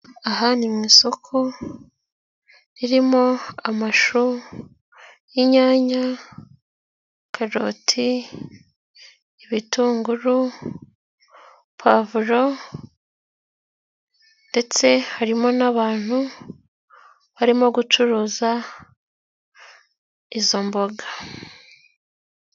Aha ni mu isoko ririmo amashu, inyanya, karoti, ibitunguru, pavuro ndetse harimo n'abantu barimo gucuruza izo mboga.